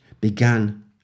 began